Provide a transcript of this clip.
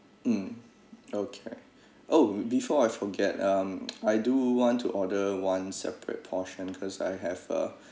mm okay oh before I forget um I do want to order one separate portion cause I have a